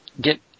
get